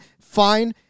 fine